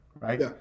right